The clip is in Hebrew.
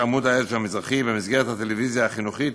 "עמוד האש המזרחי" במסגרת הטלוויזיה החינוכית